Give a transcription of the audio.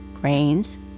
grains